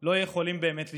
לא יכולים באמת לשבות,